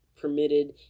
permitted